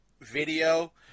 video